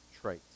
trait